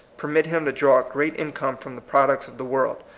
permit him to draw a great income from the pro ducts of the world.